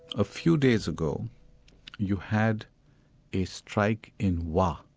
a few days ago you had a strike in wah.